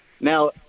Now